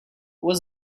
was